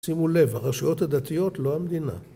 שימו לב, הרשויות הדתיות לא המדינה